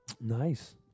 Nice